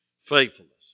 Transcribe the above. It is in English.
faithfulness